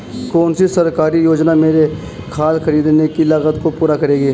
कौन सी सरकारी योजना मेरी खाद खरीदने की लागत को पूरा करेगी?